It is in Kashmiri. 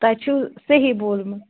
تۄہہِ چھُو صحیح بوٗزمُت